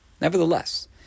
Nevertheless